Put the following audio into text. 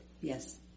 Yes